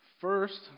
first